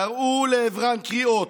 קראו לעברן קריאות.